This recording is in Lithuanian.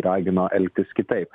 ragino elgtis kitaip